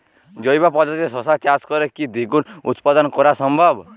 জৈব পদ্ধতিতে শশা চাষ করে কি দ্বিগুণ উৎপাদন করা সম্ভব?